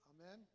Amen